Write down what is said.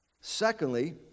Secondly